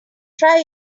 try